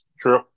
true